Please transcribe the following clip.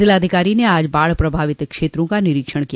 जिलाधिकारी ने आज बाढ़ प्रभावित क्षेत्रों का निरीक्षण किया